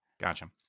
Gotcha